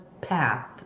path